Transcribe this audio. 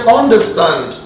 understand